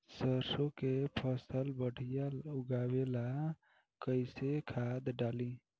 सरसों के फसल बढ़िया उगावे ला कैसन खाद डाली?